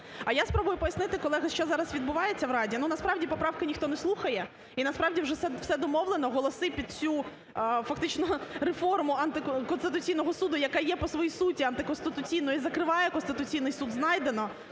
А я спробую пояснити, колеги, що зараз відбувається в Раді. Ну, насправді, поправки ніхто не слухає і, насправді, вже все домовлено, голоси під цю фактично реформу Конституційного Суду, яка є по своїй суті антиконституційною і закриває Конституційний Суд, знайдено,